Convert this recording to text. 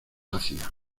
ácida